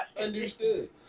Understood